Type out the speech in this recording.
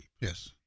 Yes